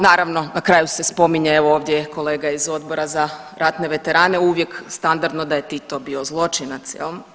Naravno na kraju se spominje evo ovdje kolega iz Odbora za ratne veterane uvije standardno da je Tito bio zločinac jel.